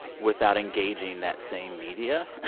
without engaging that same media.